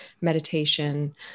meditation